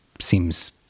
seems